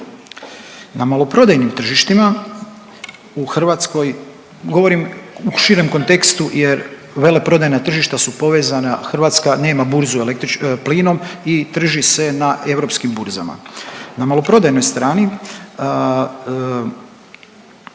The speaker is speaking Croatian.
Na maloprodajnim tržištima u Hrvatskoj govorim u širem kontekstu jer veleprodajna tržišta su povezana, Hrvatska nema burzu plinom i trži se na europskim burzama. Na maloprodajnoj strani